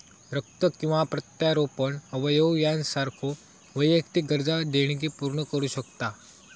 रक्त किंवा प्रत्यारोपण अवयव यासारख्यो वैद्यकीय गरजा देणगी पूर्ण करू शकता